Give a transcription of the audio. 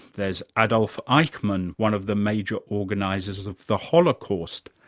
there's adolf eichmann, one of the major organisers of the holocaust,